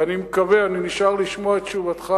אני נשאר לשמוע את תשובתך,